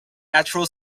actual